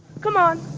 come on.